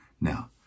Now